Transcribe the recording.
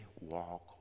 walk